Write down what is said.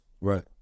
Right